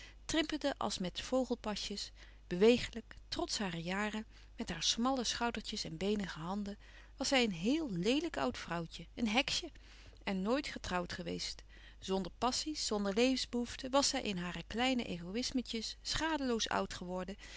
trippende als met vogelpasjes bewegelijk trots haar jaren met haar smalle schoudertjes en beenige handen was zij een heel leelijk oud vrouwtje een heksje en nooit getrouwd geweest zonder passie's zonder levensbehoeften was zij in hare kleine egoïsmetjes schadeloos oud geworden